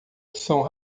são